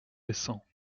récents